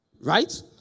right